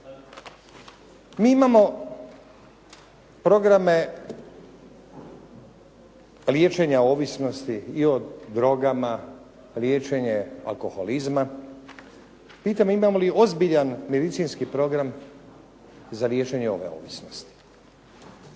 Mi imamo programe liječenja ovisnosti i o drogama, liječenje alkoholizma. Pitam imamo li ozbiljan medicinski program za liječenje ove ovisnosti?